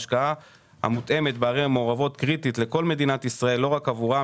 השקעה מותאמת בערים המעורבות היא קריטית לכל מדינת ישראל; לא רק עבורם,